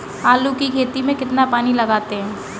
आलू की खेती में कितना पानी लगाते हैं?